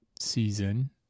season